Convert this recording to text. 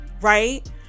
Right